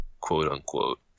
quote-unquote